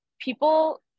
people